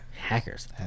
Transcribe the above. Hackers